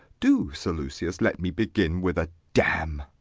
do, sir lucius, let me begin with a damme.